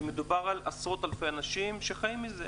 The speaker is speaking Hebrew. כי מדובר על עשרות אלפים שחיים מזה,